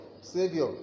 savior